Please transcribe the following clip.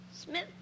Smith